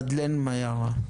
מדלן מיארה.